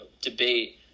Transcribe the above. debate